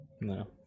No